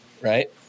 Right